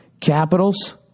capitals